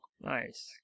Nice